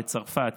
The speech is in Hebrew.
בצרפת,